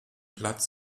platz